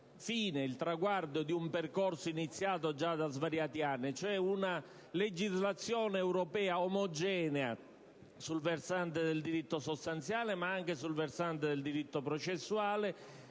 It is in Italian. fine e al traguardo di un percorso iniziato già da svariati anni. Mi riferisco ad una legislazione europea omogenea sul versante del diritto sostanziale, ma anche su quello del diritto processuale,